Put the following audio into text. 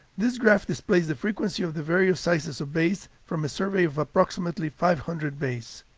this graph displays the frequency of the various sizes of bays from a survey of approximately five hundred bays.